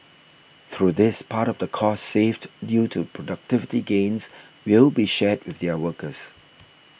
through this part of the costs saved due to productivity gains will be shared with their workers